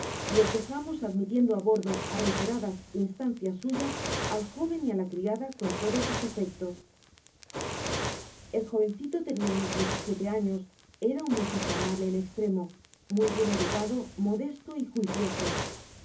los elejamos admitiendo á bordo á reiteradas instancias suyas al joven y á la criada con todos sus efectos el jovencito tenia unos diez y siete años era un muchacho amable en estremo muy bien educado modesto y juicioso